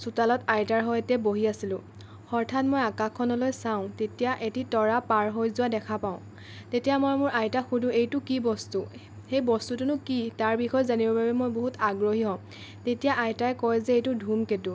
চোতালত আইতাৰ সৈতে বহি আছিলোঁ হঠাৎ মই আকাশখনলৈ চাওঁ তেতিয়া এটি তৰা পাৰ হৈ যোৱা দেখা পাওঁ তেতিয়া মই মোৰ আইতাক সোধোঁ এইটো কি বস্তু সেই বস্তুটোনো কি তাৰ বিষয়ে জানিবৰ বাবে মই বহুত আগ্ৰহী হওঁ তেতিয়া আইতাই কয় যে এইটো ধূমকেতু